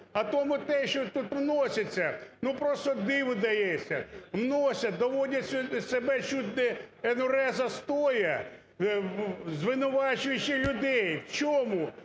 А тому те, що тут вноситься, ну, просто диву даєшся: вносять, доводять себе чуть не енурезу стоя, звинувачуючи людей – в чому?